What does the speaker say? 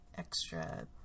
extra